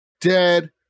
Dead